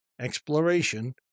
exploration